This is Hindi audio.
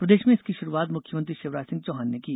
प्रदेश में इसकी शुरुआत मुख्यमंत्री शिवराज सिंह चौहान ने की